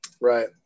right